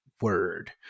word